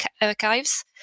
archives